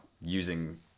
using